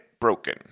broken